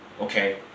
Okay